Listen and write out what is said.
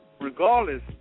regardless